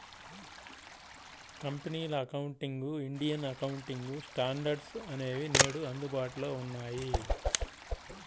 కంపెనీల accounting, Indian accounting standards అనేవి నేడు అందుబాటులో ఉన్నాయి